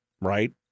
right